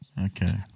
Okay